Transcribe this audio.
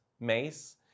MACE